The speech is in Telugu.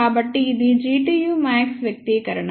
కాబట్టి ఇది Gtu max వ్యక్తీకరణ